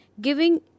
giving